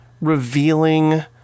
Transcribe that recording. revealing